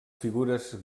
figures